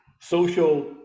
social